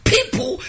people